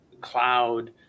cloud